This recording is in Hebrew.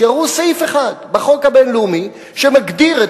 שיראו סעיף אחד בחוק הבין-לאומי שמגדיר את